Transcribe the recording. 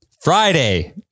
Friday